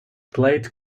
played